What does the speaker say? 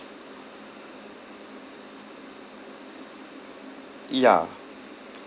ya